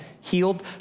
healed